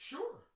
Sure